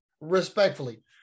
Respectfully